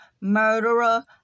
murderer